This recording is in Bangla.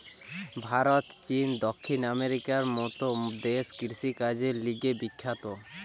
ভারত, চীন, দক্ষিণ আমেরিকার মত দেশ কৃষিকাজের লিগে বিখ্যাত